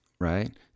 right